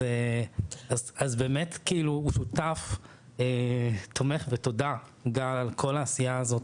אז באמת כאילו הוא שותף תומך ותודה על כל העשייה הזאת.